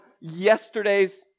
yesterday's